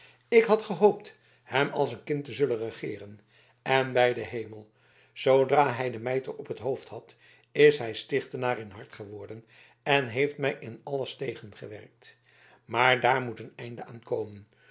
ik had gehoopt hem als een kind te zullen regeeren en bij den hemel zoodra hij den mijter op het hoofd had is hij stichtenaar in zijn hart geworden en heeft mij in alles tegengewerkt maar daar moet een einde aan komen